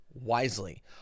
wisely